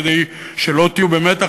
כדי שלא תהיו במתח,